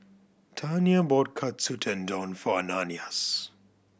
Tania bought Katsu Tendon for Ananias